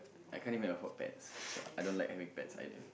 I can't even afford pets so I don't like having pets either